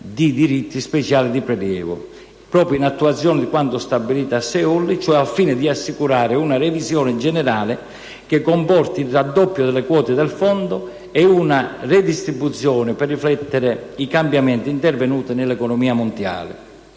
di diritti speciali di prelievo, proprio in attuazione di quanto stabilito a Seul, cioè al fine di assicurare una revisione generale che comporti il raddoppio delle quote del Fondo e una redistribuzione per riflettere i cambiamenti intervenuti nell'economia mondiale.